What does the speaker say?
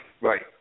right